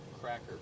cracker